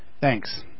thanks